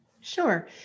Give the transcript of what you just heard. Sure